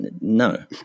no